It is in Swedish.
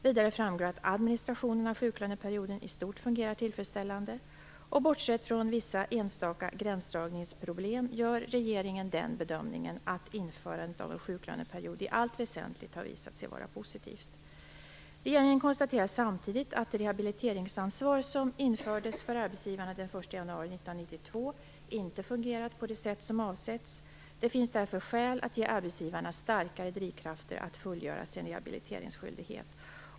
Vidare framgår att administrationen i stort fungerar tillfredsställande. Bortsett från vissa enstaka gränsdragningsproblem gör regeringen bedömningen att införandet av en sjuklöneperiod i allt väsentligt har visat sig vara positivt. Regeringen konstaterar samtidigt att det rehabiliteringsansvar som infördes för arbetsgivarna den 1 januari 1992 inte fungerat på det sätt som avsetts. Det finns därför skäl att ge arbetsgivarna starkare drivkrafter att fullgöra sin rehabiliteringsskyldighet.